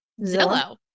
Zillow